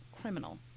criminal